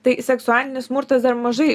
tai seksualinis smurtas dar mažai